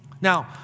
Now